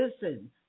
listen